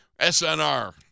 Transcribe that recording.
SNR